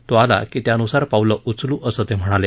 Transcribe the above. तो आला की त्यानुसार पावलं उचलू असं ते म्हणाले